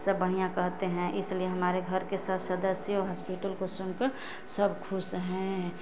सब बढ़िया कहते हैं इसलिए हमारे घर के सब सदस्य हॉस्पिटल को सुनकर सब खुश हैं